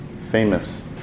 famous